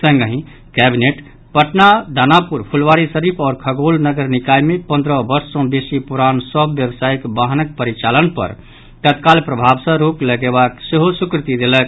संगहि कैबिनेट पटना दानापुर फुलवारीशरीफ आओर खगौल नगर निकाय मे पंद्रह वर्ष सॅ बेसी पुरान सभ व्यवसायिक वाहनक परिचालन पर तत्काल प्रभाव सॅ रोक लगेबाक सेहो स्वीकृति देलक